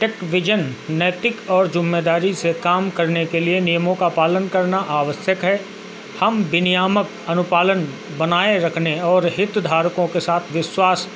TechVision नैतिक और ज़िम्मेदारी से काम करने के लिए नियमों का पालन करना आवश्यक है हम विनियामक अनुपालन बनाए रखने और हितधारकों के साथ विश्वास